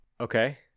Okay